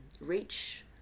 reach